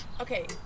Okay